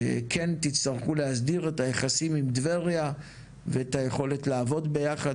כן תצטרכו להסדיר את היחסים עם טבריה ואת היכולת לעבוד ביחד.